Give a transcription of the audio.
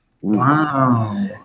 Wow